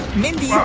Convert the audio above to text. mindy,